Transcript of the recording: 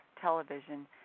television